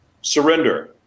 Surrender